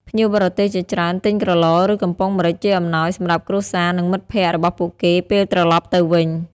ភ្ញៀវបរទេសជាច្រើនទិញក្រឡ ឬ កំប៉ុងម្រេចជាអំណោយសម្រាប់គ្រួសារ និងមិត្តភ័ក្តិរបស់ពួកគេ ពេលត្រឡប់ទៅវិញ។